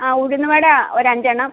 ആ ഉഴുന്നുവട ഒരു അഞ്ച് എണ്ണം